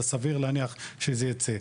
סביר להניח שזה יצא.